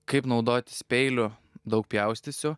kaip naudotis peiliu daug pjaustysiu